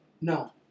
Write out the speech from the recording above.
No